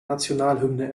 nationalhymne